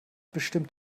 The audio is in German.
bestimmt